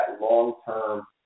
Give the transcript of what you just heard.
long-term